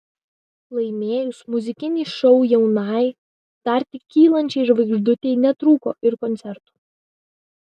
laimėjus muzikinį šou jaunai dar tik kylančiai žvaigždutei netrūko ir koncertų